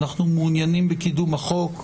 אנחנו מעוניינים בקידום החוק,